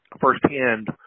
firsthand